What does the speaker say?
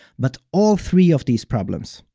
but all three of these problems.